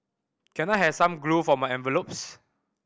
can I have some glue for my envelopes